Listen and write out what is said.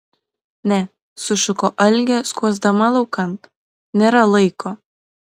ne sušuko algė skuosdama laukan nėra laiko